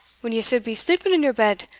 when ye suld be sleeping in your bed,